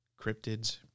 cryptids